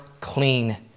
clean